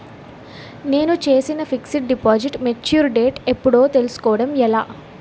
నేను చేసిన fixed deposit mature date ఎప్పుడో తెల్సుకోవడం ఎలా?